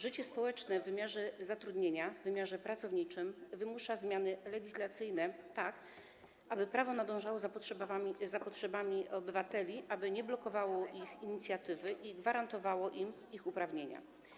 Życie społeczne w wymiarze zatrudnienia, w wymiarze pracowniczym wymusza zmiany legislacyjne, tak aby prawo nadążało za potrzebami obywateli, aby nie blokowało ich inicjatywy i gwarantowało im ich uprawnienia.